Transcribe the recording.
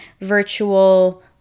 virtual